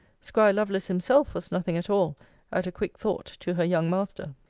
squire lovelace himself was nothing at all at a quick thought to her young master.